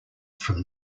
from